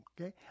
okay